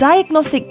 diagnostic